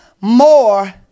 more